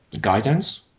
guidance